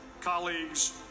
colleagues